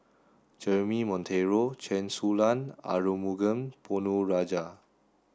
Jeremy Monteiro Chen Su Lan Arumugam Ponnu Rajah